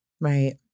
Right